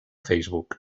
facebook